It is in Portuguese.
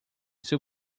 seu